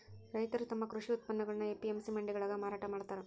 ರೈತರು ತಮ್ಮ ಕೃಷಿ ಉತ್ಪನ್ನಗುಳ್ನ ಎ.ಪಿ.ಎಂ.ಸಿ ಮಂಡಿಗಳಾಗ ಮಾರಾಟ ಮಾಡ್ತಾರ